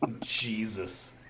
Jesus